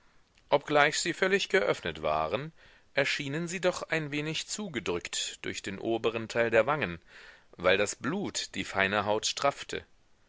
obgleich sie völlig geöffnet waren erschienen sie doch ein wenig zugedrückt durch den oberen teil der wangen weil das blut die feine haut straffte